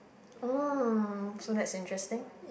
oh so that's interesting